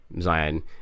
Zion